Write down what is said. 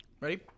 Ready